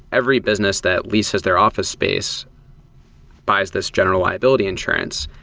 every business that leases their office space buys this general liability insurance,